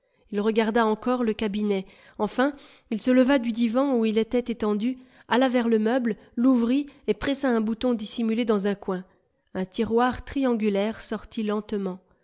il regarda encore le cabinet enfin il se leva du divan où il était étendu alla vers le meuble l'ouvrit et pressa un bouton dissimulé dans un coin un tiroir triangulaire sortit lentement